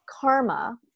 karma